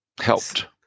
Helped